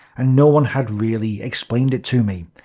and no one had really explained it to me.